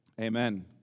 Amen